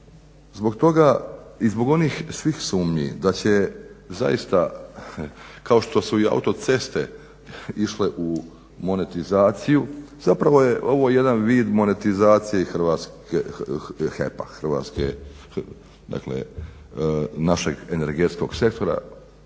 Zbog toga i zbog onih svih sumnji da će zaista kao što su i autoceste išle u monetizaciju zapravo je ovo jedan vid monetizacije HEP-a, našeg energetskog sektora